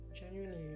genuinely